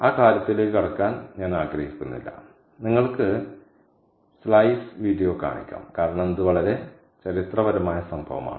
ആ കാര്യത്തിലേക്ക് കടക്കാൻ ഞാൻ ആഗ്രഹിക്കുന്നില്ല നിങ്ങൾക്ക് സ്ലൈസ് വീഡിയോ കാണിക്കാം കാരണം ഇത് വളരെ ചരിത്രപരമായ സംഭവമാണ്